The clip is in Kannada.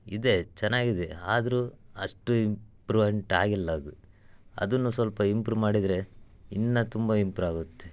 ಇದೆ ಚೆನ್ನಾಗಿದೆ ಆದರೂ ಅಷ್ಟು ಇಂಪ್ರುವೆಂಟ್ ಆಗಿಲ್ಲ ಅದು ಅದನ್ನೂ ಸ್ವಲ್ಪ ಇಂಪ್ರೂ ಮಾಡಿದರೆ ಇನ್ನೂ ತುಂಬ ಇಂಪ್ರೋ ಆಗುತ್ತೆ